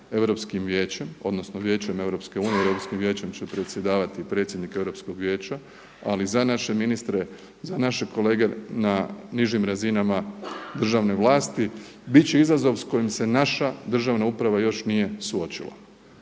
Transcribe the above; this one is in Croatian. Europskim vijećem, odnosno Vijećem Europske unije jer Europskim vijećem će predsjedavati predsjednik Europskog vijeća, ali za naše ministre, za naše kolege na nižim razinama državne vlasti bit će izazov s kojim se naša državna uprava još nije suočila.